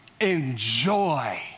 Enjoy